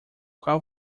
qual